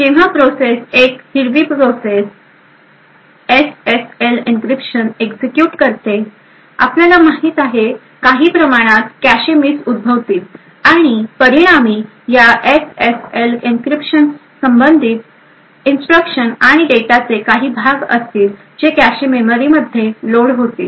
आता जेव्हा एक हिरवी प्रोसेस एसएसएल एन्क्रिप्शन एक्झिक्युट करते आपल्याला माहित आहे काही प्रमाणात कॅशे मिस उद्भवतील आणि परिणामी या एसएसएल एन्क्रिप्शनशी संबंधित इन्स्ट्रक्शन्स आणि डेटाचे काही भाग असतीलजे कॅशे मेमरीमध्ये लोड होतील